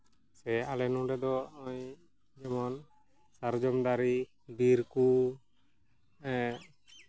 ᱥᱮ ᱟᱞᱮ ᱱᱚᱰᱮ ᱫᱚ ᱱᱚᱜᱼᱚᱸᱭ ᱡᱮᱢᱚᱱ ᱥᱟᱨᱡᱚᱢ ᱫᱟᱨᱮ ᱵᱤᱨ ᱠᱚ